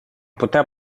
putea